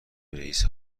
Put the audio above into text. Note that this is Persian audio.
رییس